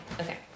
Okay